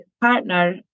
partner